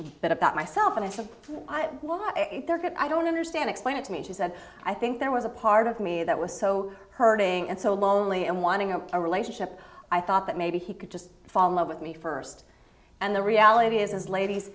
of that about myself and i said i was i don't understand explain it to me she said i think there was a part of me that was so hurting and so lonely and wanting a relationship i thought that maybe he could just fall in love with me first and the reality is ladies